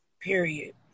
Period